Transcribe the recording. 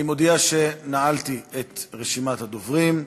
אני מודיע שנעלתי את רשימת הדוברים.